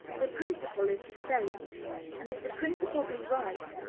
the principle is the same and if the principle be right,